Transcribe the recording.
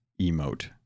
emote